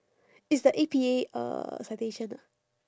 it's the A_P_A uh citation ah